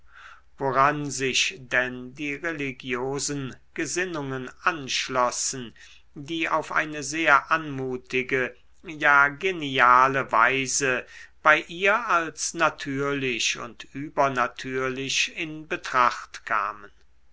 woran sich denn die religiosen gesinnungen anschlossen die auf eine sehr anmutige ja geniale weise bei ihr als natürlich und übernatürlich in betracht kamen